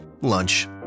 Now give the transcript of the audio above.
Lunch